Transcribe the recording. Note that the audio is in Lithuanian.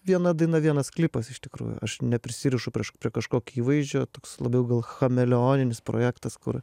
viena daina vienas klipas iš tikrųjų aš neprisirišu prie kažkokio įvaizdžio toks labiau gal chameleoniškas projektas kur